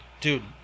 Dude